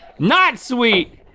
not sweet!